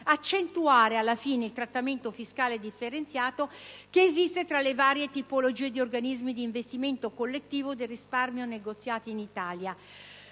accentuare il trattamento fiscale differenziato che esiste tra le varie tipologie di organismi di investimento collettivo del risparmio negoziate in Italia.